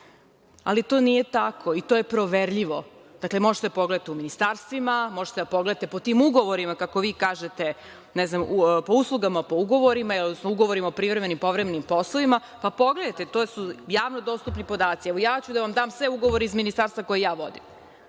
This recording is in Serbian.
ali to nije tako i to je proverljivo. Dakle, možete da pogledate u ministarstvima, možete da pogledate po tim ugovorima, kako vi kažete, po uslugama po ugovorima, odnosno ugovorima o privremenim i povremenim poslovima. Pa, pogledajte, to su javno dostupni podaci. Evo, ja ću da vam dam sve ugovore iz ministarstva koje ja vodim. Dakle,